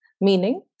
meaning